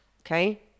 okay